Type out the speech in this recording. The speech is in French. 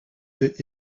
fait